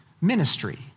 ministry